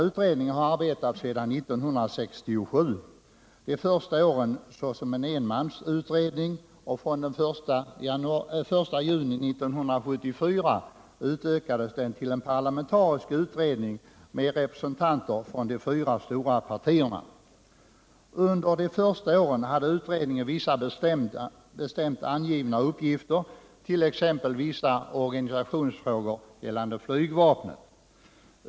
Utredningen har varit i gång sedan 1967. De första åren var det såsom en enmansutredning. Från den 1 juni 1974 utökades den till en parlamentarisk utredning med representanter för de fyra stora partierna. Under de första åren hade utredningen vissa bestämt angivna uppgifter, t.ex. vissa organisationsfrågor rörande flygvapnet.